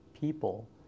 people